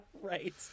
Right